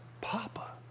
Papa